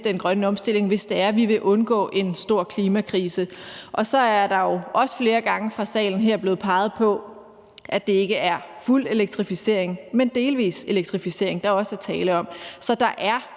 den grønne omstilling, altså hvis det er, at vi vil undgå en stor klimakrise. Og så er der jo også flere gange i salen her blevet peget på, at det ikke er fuld elektrificering, men delvis elektrificering, der er tale om. Så der er